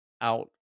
out